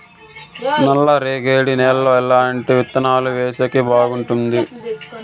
నల్లరేగడి నేలలో ఎట్లాంటి విత్తనాలు వేసేకి బాగుంటుంది?